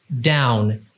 down